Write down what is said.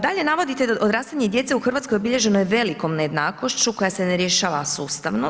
Dalje navodite da odrastanje djece u Hrvatskoj, obilježeno je velikom nejednakošću, koja se ne rješava sustavno.